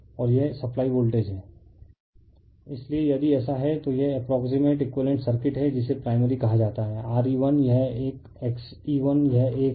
refer slide time 3140 इसलिए यदि ऐसा है तो यह अप्प्रोक्सिमेट एक़ुइवेलेनट सर्किट है जिसे प्राइमरी कहा जाता है RE1 यह एक XE1 यह एक है